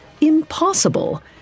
Impossible